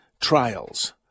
trials